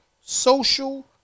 social